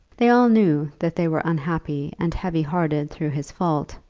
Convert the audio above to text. they all knew that they were unhappy and heavy-hearted through his fault,